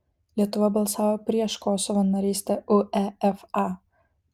lietuva balsavo prieš kosovo narystę uefa